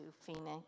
Phoenix